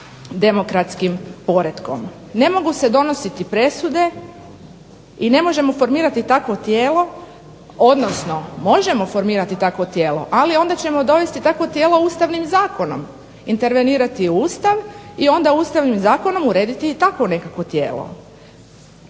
Ne mogu se donositi presude i ne možemo formirati takvo tijelo odnosno možemo formirati takvo tijelo, ali onda ćemo dovesti takvo tijelo Ustavnim zakonom intervenirati u Ustav i onda Ustavnom zakonom urediti i takvo nekakvo tijelo.